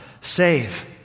save